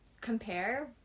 compare